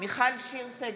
מיכל שיר סגמן,